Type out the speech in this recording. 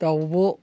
दाउब'